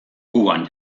kuban